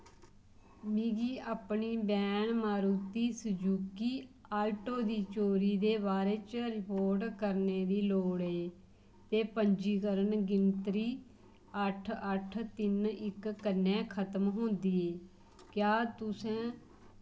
मिगी अपनी van Maruti Suzuki Alto दी चोरी दे बारे च रिपोर्ट करने दी लोड़ ऐ ते पंजीकरण गिनतरी अट्ठ अट्ठ तिन्न इक कन्नै खतम होंदी ऐ क्या तुसैं